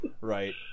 Right